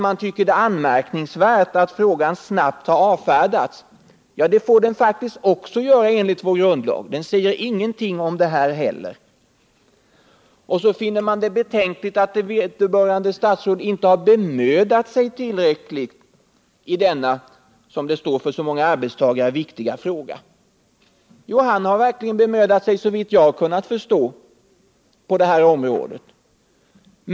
Man tycker att det är anmärkningsvärt att frågan snabbt har avfärdats. Ja, det får faktiskt också ske enligt vår grundlag; den säger ingenting om detta heller. Så finner man det betänkligt att vederbörande statsråd inte har bemödat sig tillräckligt i denna, som det står, för så många arbetstagare viktiga fråga. Jo, han har verkligen bemödat sig, såvitt jag har kunnat förstå, på det här området.